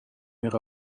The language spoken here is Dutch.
meer